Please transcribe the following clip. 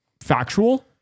factual